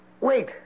Wait